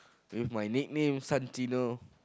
with my nickname Santino